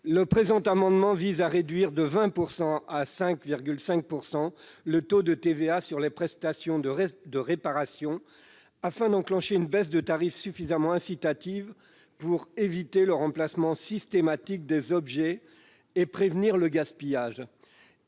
le défendre. Il vise à réduire de 20 % à 5,5 % le taux de TVA sur les prestations de réparation, afin d'enclencher une baisse de tarifs suffisamment incitative pour éviter le remplacement systématique des objets et prévenir le gaspillage.